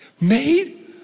made